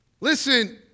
Listen